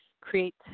create